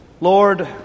Lord